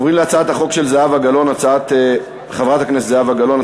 אנחנו עוברים להצעת החוק של חברת הכנסת זהבה גלאון,